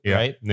right